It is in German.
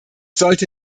sollte